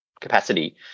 capacity